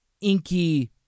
inky